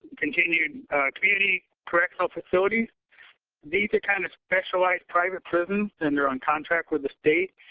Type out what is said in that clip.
continued community correctional facilities these are kind of specialized private prisons and they're on contract with the state.